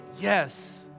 Yes